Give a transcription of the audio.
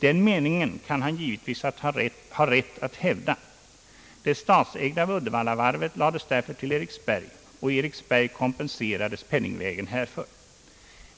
Den meningen kan han givetvis ha rätt att hävda. Det statsägda Uddevallavarvet lades därför till Eriksberg, och Eriksberg kompenserades penningvägen härför.